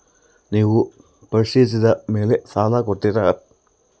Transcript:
ನೇವು ಪರಿಶೇಲಿಸಿದ ಮೇಲೆ ಸಾಲ ಕೊಡ್ತೇರಾ?